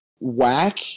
whack